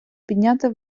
підняти